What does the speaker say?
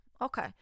Okay